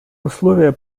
условия